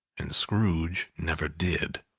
and scrooge never did.